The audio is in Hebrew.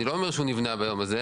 אני לא אומר שהוא נבנה ביום הזה,